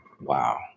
wow